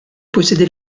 possédait